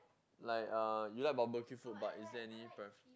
like uh you like barbeque food but is there any prefer~